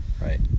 Right